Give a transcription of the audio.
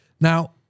now